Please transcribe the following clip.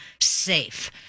safe